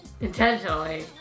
Intentionally